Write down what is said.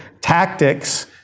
Tactics